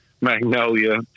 Magnolia